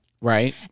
Right